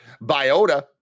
Biota